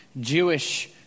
Jewish